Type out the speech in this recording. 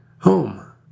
home